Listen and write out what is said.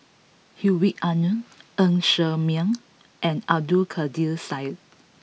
Hedwig Anuar Ng Ser Miang and Abdul Kadir Syed